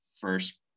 first